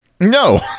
No